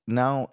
now